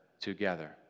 together